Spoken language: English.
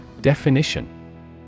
Definition